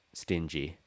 stingy